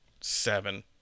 seven